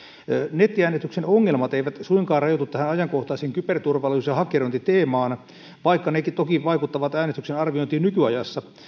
nettiäänestyksen ongelmat eivät suinkaan rajoitu tähän ajankohtaiseen kyberturvallisuus ja hakkerointiteemaan vaikka nekin toki vaikuttavat äänestyksen arviointiin nykyajassa